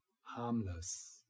harmless